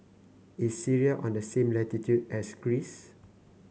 is Syria on the same latitude as Greece